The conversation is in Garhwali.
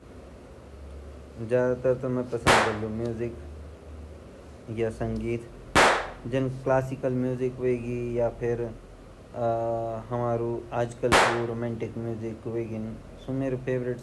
सफ़रा दौरान न मेतेता लाइट म्यूजिक वोंदु ना भोत धीरे से आवाज़ वाई वो सुणमा पसंद ची भोत पुराणा-पुराण गाना अर अपरी भाषा गाना वोला उ भोत अच्छा अर रामायणा जु डाइलॉगे वोन्दा उ भी लोगू ते भोत